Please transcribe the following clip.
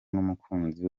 n’umukunzi